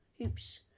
Oops